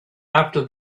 after